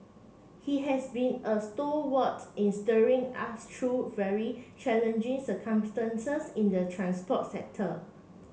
he has been a stalwart in steering us through very challenging circumstances in the transport sector